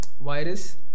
virus